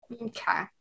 Okay